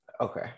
okay